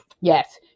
Yes